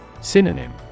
Synonym